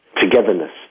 togetherness